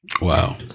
Wow